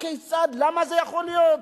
הכיצד, למה זה יכול להיות?